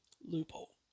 loophole